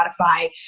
Spotify